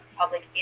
public